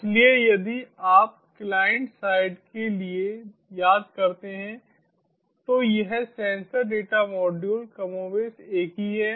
इसलिए यदि आप क्लाइंट साइड के लिए याद करते हैं तो यह सेंसर डेटा मॉड्यूल कमोबेश एक ही है